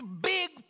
big